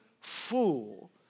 fool